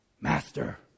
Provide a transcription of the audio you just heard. Master